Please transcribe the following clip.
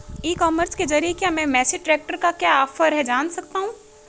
ई commerce के ज़रिए क्या मैं मेसी ट्रैक्टर का क्या ऑफर है जान सकता हूँ?